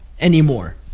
anymore